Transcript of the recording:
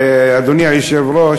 אדוני היושב-ראש,